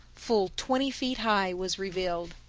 full twenty feet high, was revealed.